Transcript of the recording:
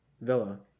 Villa